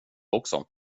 också